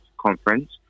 conference